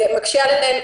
זה מקשה עליהן.